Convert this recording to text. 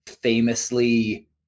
famously